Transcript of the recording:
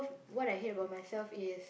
what I hate about myself is